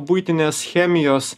buitinės chemijos